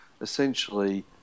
Essentially